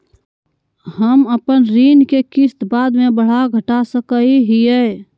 हम अपन ऋण के किस्त बाद में बढ़ा घटा सकई हियइ?